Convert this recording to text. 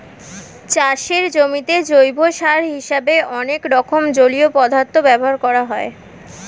চাষের জমিতে জৈব সার হিসেবে অনেক রকম জলীয় পদার্থ ব্যবহার করা হয়